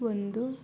ಒಂದು